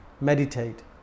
Meditate